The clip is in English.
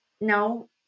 no